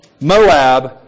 Moab